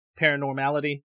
Paranormality